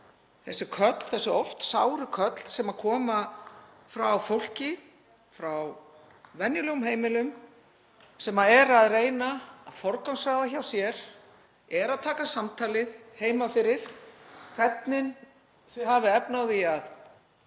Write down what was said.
þessi köll, þessi oft sáru köll sem koma frá fólki, frá venjulegum heimilum sem eru að reyna að forgangsraða hjá sér, eru að taka samtalið heima fyrir um hvernig þau hafi efni á